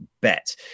Bet